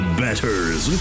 betters